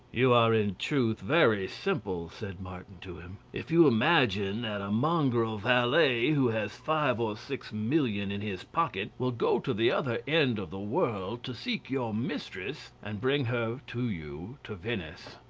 you are in truth very simple, said martin to him, if you imagine that a mongrel valet, who has five or six millions in his pocket, will go to the other end of the world to seek your mistress and bring her to you to venice.